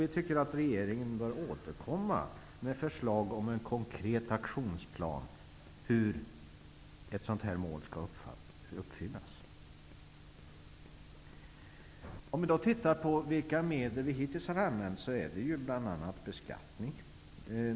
Vi tycker att regeringen bör återkomma med förslag till en konkret aktionsplan för uppfyllandet av ett sådant mål. Till de medel som vi hittills har använt hör beskattning.